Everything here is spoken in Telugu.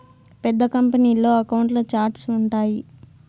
పెద్ద కంపెనీల్లో అకౌంట్ల ఛార్ట్స్ ఉంటాయి